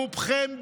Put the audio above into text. רובכם בבושה,